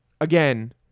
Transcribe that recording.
again